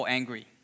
angry